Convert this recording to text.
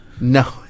No